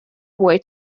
boy